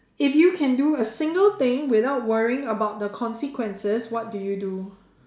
if you can do a single thing without worrying about the consequences what do you do